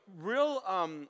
real